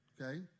Okay